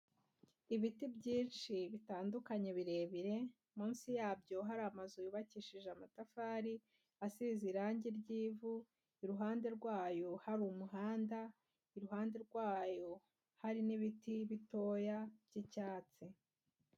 Ibiti byinshi bitandukanye birebire, munsi yabyo hari amazu yubakishije amatafari asize irange ry'ivu, iruhande rwayo hari umuhanda, iruhande rwayo hari n'ibiti bitoya by'icyatsi.